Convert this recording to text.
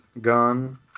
gun